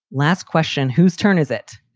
last question. whose turn is it?